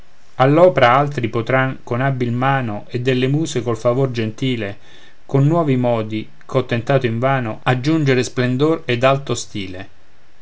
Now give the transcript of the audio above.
all'opra altri potran con abil mano e delle muse col favor gentile con nuovi modi ch'ho tentato invano aggiungere splendor ed alto stile